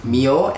Mio